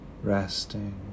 Resting